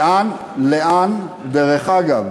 לאן, דרך אגב,